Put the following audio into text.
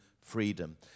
freedom